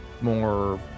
more